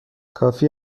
کافی